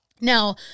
Now